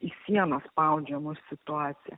į sienas spaudžia mus situacija